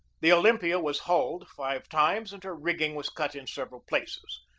the olympia was hulled five times and her rig ging was cut in several places.